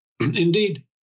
Indeed